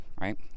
right